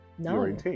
No